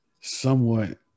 Somewhat